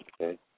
Okay